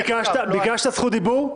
ביקשת זכות דיבור,